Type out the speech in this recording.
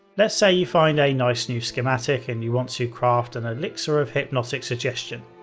let's say you find a nice new schematic and you want to craft an elixer of hypnotic suggestion.